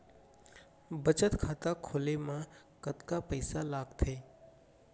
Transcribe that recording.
बचत खाता खोले मा कतका पइसा लागथे?